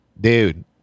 Dude